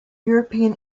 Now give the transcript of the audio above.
european